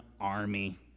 army